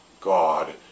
God